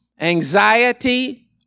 anxiety